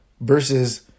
versus